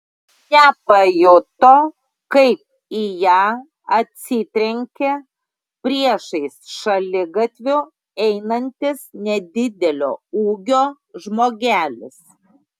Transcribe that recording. nepajuto kaip į ją atsitrenkė priešais šaligatviu einantis nedidelio ūgio žmogelis